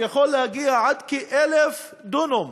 שיכול להגיע עד כ-1,000 דונם